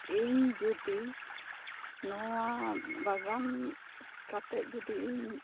ᱤᱧ ᱡᱩᱫᱤ ᱱᱚᱣᱟ ᱵᱟᱜᱟᱱ ᱠᱟᱛᱮᱜ ᱡᱩᱫᱤ ᱤᱧ